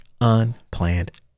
unplanned